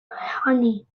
honey